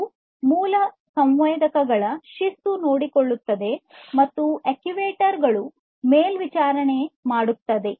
ಇದು ಮೂಲ ಸಂವೇದಕಗಳ ಶಿಸ್ತು ನೋಡಿಕೋಳ್ಳುತ್ತದೆ ಮತ್ತು ಅಕ್ಚುಯೇಟರ್ ಮೇಲ್ವಿಚಾರಣೆ ಮಾಡುತ್ತದೆ